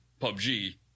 PUBG